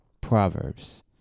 Proverbs